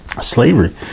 slavery